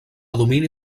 domini